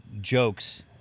jokes